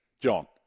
John